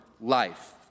life